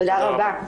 תודה רבה.